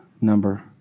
number